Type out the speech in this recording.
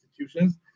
institutions